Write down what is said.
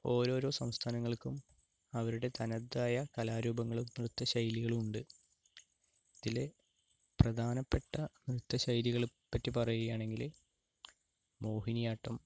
ഓരോരോ സംസ്ഥാനങ്ങൾക്കും അവരുടെ തനതായ കലാരൂപങ്ങളും നൃത്ത ശൈലികളും ഉണ്ട് ഇതിലെ പ്രധാനപ്പെട്ട നൃത്ത ശൈലികളെപ്പറ്റി പറയുകയാണെങ്കില് മോഹിനിയാട്ടം